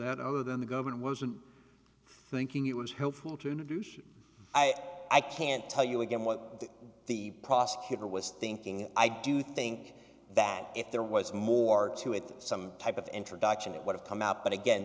that other than the government wasn't thinking it was helpful to do should i i can't tell you again what the prosecutor was thinking i do think that if there was more to it some type of introduction it would have come out but again